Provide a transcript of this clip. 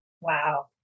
Wow